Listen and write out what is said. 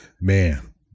man